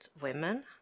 women